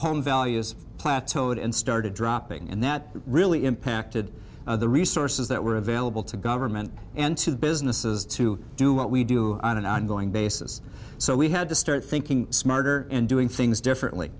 home values plateaued and started dropping and that really impacted the resources that were available to government and to businesses to do what we do on an ongoing basis so we had to start thinking smarter and doing things differently